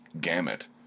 gamut